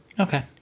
Okay